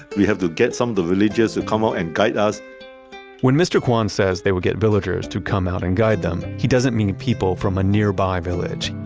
we have to get some of the villagers to come out and guide us when mr. kwan says they would get villagers to come out and guide them, he doesn't mean people from a nearby village.